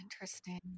Interesting